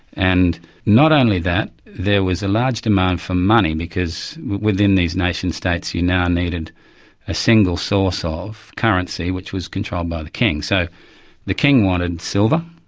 and not only that, there was a large demand for money, because within these nation-states you now needed a single source of currency which was controlled by the king. so the king wanted silver,